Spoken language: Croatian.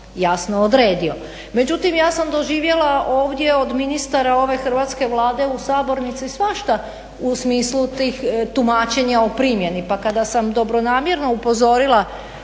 jasno odredio. Međutim ja sam doživjela ovdje od ministara ove hrvatske vlade u sabornici svašta u smislu tumačenja o primjeni, pa kada sam dobronamjerno upozorila